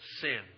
sin